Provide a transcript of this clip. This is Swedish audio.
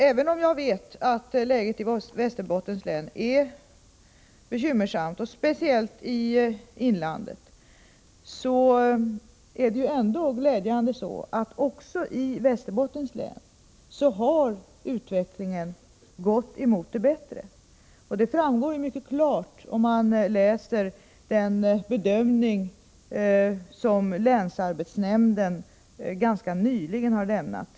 Även om jag vet att läget i Västerbottens län är bekymmersamt — speciellt i inlandet — är det ändå glädjande att utvecklingen också i Västerbottens län har gått mot det bättre. Det framgår mycket klart, om man läser den rapport som länsarbetsnämnden ganska nyligen har lämnat.